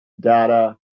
data